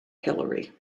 hillary